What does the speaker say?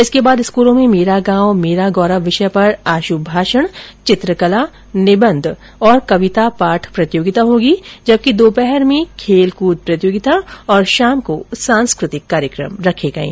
इसके बाद स्कूलों में मेरा गांव मेरा गौरव विषय पर आश्रभाषण चित्रकला निबंध और कविता पाठ प्रतियोगिता होगी जबकि दोपहर में खेलकूद और शाम को सांस्कृतिक कार्यक्रम होंगे